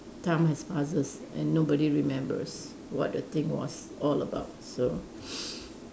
time has passes and nobody remembers what the thing was all about so